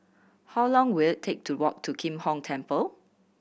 how long will it take to walk to Kim Hong Temple